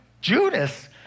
Judas